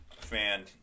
fan